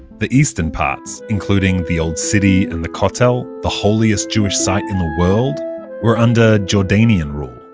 the eastern parts, including the old city and the kotel the holiest jewish site in the world were under jordanian rule.